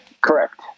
correct